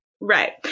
Right